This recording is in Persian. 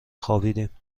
خوابیدیم